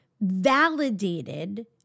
validated